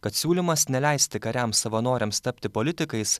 kad siūlymas neleisti kariams savanoriams tapti politikais